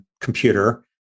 computer